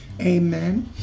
Amen